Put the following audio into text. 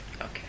Okay